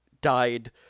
died